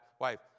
wife